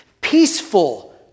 peaceful